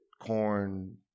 Corn